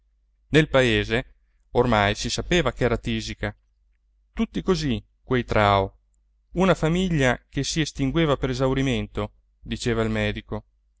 nel paese ormai si sapeva ch'era tisica tutti così quei trao una famiglia che si estingueva per esaurimento diceva il medico